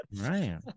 right